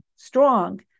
strong